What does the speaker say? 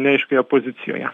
neaiškioje pozicijoje